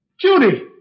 Judy